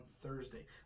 Thursday